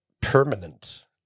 permanent